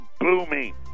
booming